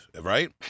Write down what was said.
right